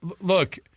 look